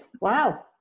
wow